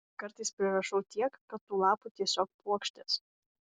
kartais prirašau tiek kad tų lapų tiesiog puokštės